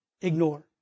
ignore